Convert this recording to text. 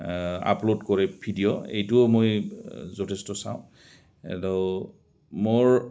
upload কৰে video এইটোও মই যথেষ্ট চাওঁ মোৰ